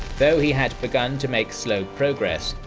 though he had begun to make slow progress,